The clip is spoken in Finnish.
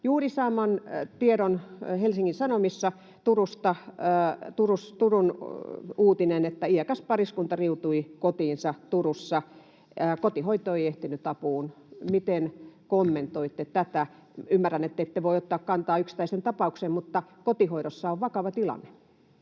saadun tiedon mukaan Turusta tuli uutinen, että iäkäs pariskunta riutui kotiinsa Turussa. Kotihoito ei ehtinyt apuun. Miten kommentoitte tätä? Ymmärrän, että ette voi ottaa kantaa yksittäiseen tapaukseen, mutta kotihoidossa on vakava tilanne.